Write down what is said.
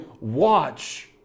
watch